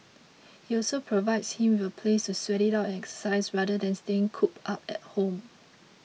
it also provides him with a place to sweat it out and exercise rather than staying cooped up at home